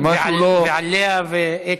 זה משהו לא, ועל לאה ואתי.